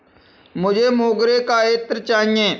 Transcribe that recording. मुझे मोगरे का इत्र चाहिए